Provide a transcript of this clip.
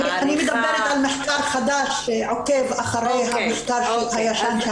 מדברת על מחקר חדש שעוקב אחרי המחקר הישן שהיה.